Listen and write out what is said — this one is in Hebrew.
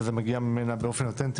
וזה מגיעה ממנה באופן אותנטי,